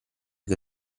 che